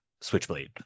switchblade